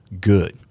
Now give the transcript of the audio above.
good